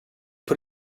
put